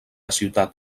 ciutat